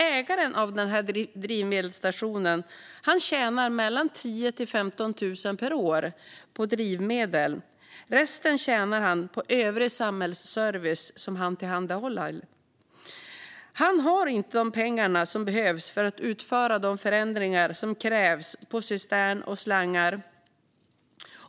Ägaren av drivmedelsstationen tjänar mellan 10 000 och 15 000 kronor per år på drivmedel. Resten tjänar han på övrig samhällsservice som han tillhandahåller. Han har inte de pengar som behövs för att utföra de förändringar som krävs på cistern och slangar.